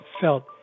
felt